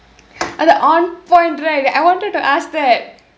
அது:athu on point right I wanted to ask that